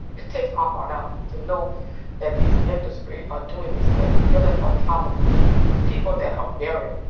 it takes my heart out to know that these industry are doing these things, building on top of people that are buried.